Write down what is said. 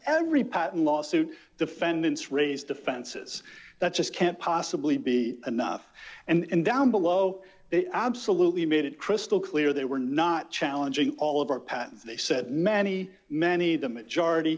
every patent lawsuit defendants raise defenses that just can't possibly be enough and in down below they absolutely made it crystal clear they were not challenging all of our patents they said many many the majority